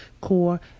core